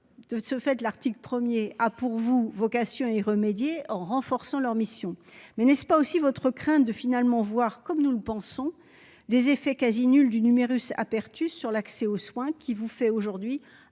De ce fait l'article 1er, ah pour vous vocation y remédier en renforçant leur mission mais n'est-ce pas aussi votre crainte de finalement voir comme nous le pensons des effets quasi nul du numerus apertus sur l'accès aux soins qui vous fait aujourd'hui